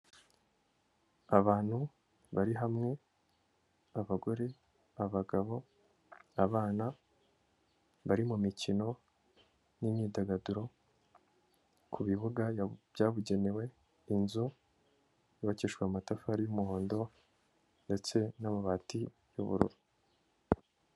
Abantu bari hamwe abagore, abagabo, abana bari mu mikino n'imyidagaduro ku bibuga byabugenewe, inzu yubakishwa amatafari y'umuhondo ndetse n'amabati y'ubururu.